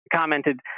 commented